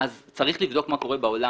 צריך לבדוק מה קורה בעולם.